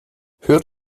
hört